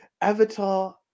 Avatar